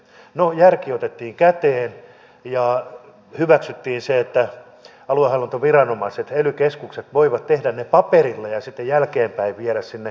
no järki otettiin käteen ja hyväksyttiin se että aluehallintoviranomaiset ely keskukset voivat tehdä ne paperilla ja sitten jälkeenpäin viedä sinne hyrrä järjestelmään